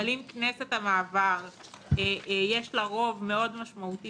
אבל אם לכנסת המעבר יש רוב מאוד משמעותי